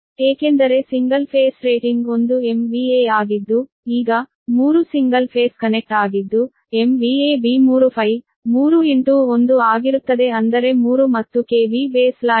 ಏಕೆಂದರೆ single phase rating 1 MVA ಆಗಿದ್ದು ಈಗ 3 ಸಿಂಗಲ್ ಫೇಸ್ ಕನೆಕ್ಟ್ ಆಗಿದ್ದು B3Φ 3 1 ಆಗಿರುತ್ತದೆ ಅಂದರೆ 3 ಮತ್ತು B